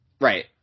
Right